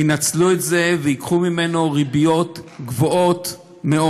ינצלו את זה וייקחו ממנו ריביות גבוהות מאוד,